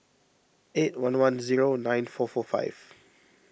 eight one one zero nine four four five